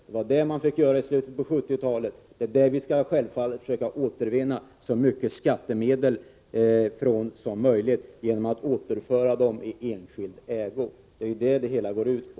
Det var detta man fick göra i slutet på 1970-talet, och det är på detta sätt som vi självfallet skall försöka återvinna så mycket skattemedel som möjligt — genom att återföra dessa företag i enskild ägo; det är ju detta som det hela går ut på.